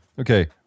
Okay